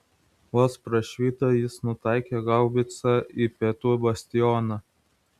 vos prašvito jis nutaikė haubicą į pietų bastioną